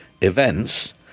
events